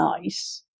nice